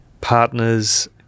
partners